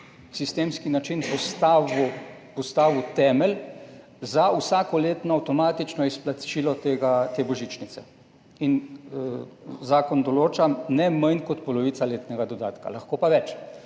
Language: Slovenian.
sistemski način postavil temelj za vsakoletno avtomatično izplačilo te božičnice. Zakon določa ne manj kot polovico letnega dodatka, lahko pa več